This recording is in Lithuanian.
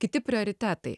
kiti prioritetai